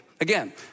Again